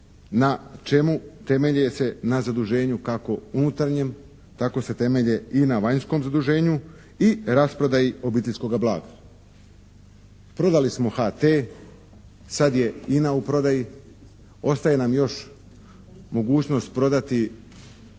na čemu, temelje se na zaduženju kako unutarnjem tako se temelje i na vanjskom zaduženju i rasprodaji obiteljskoga blaga. Prodali smo HT, sad je INA u prodaji. Ostaje nam još mogućnost prodati HEP